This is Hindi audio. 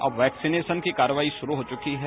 अब वैक्सीनेशन की कार्रवाई शुरू हो चुकी है